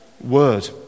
word